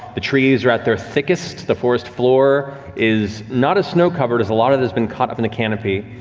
the trees are at their thickest. the forest floor is not as snow-covered as a lot of it has been caught up in a canopy,